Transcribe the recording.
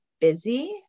busy